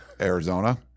Arizona